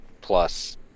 plus